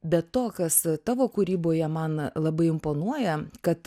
be to kas tavo kūryboje man labai imponuoja kad